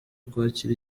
kwakira